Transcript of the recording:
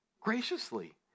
graciously